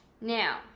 Now